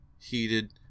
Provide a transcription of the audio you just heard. heated